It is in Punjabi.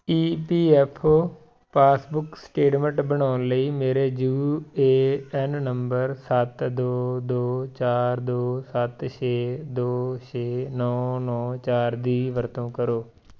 ਈ P F O passbook statement ਬਣਾਉਣ ਲਈ ਮੇਰੇ ਯੂ ਏ ਐਨ ਨੰਬਰ ਸੱਤ ਦੋ ਦੋ ਚਾਰ ਦੋ ਸੱਤ ਛੇ ਦੋ ਛੇ ਨੌਂ ਨੌਂ ਚਾਰ ਦੀ ਵਰਤੋਂ ਕਰੋ